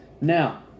Now